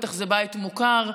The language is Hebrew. בטח זה בית מוכר.